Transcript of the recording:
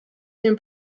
den